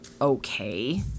Okay